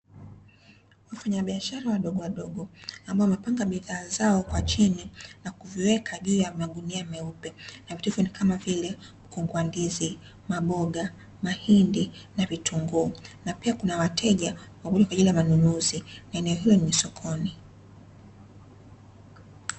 Wafanyabishara wadogowadogo ambao wamepanga bidhaa zao kwa chini na kuviweka juu ya magunia meupe na vitu hivyo ni kamavile mkungu wa ndizi, maboga, mahindi na vitunguu na pia kuna wateja wamekuja kwaajili ya manunuzi eneo hilo ni sokoni.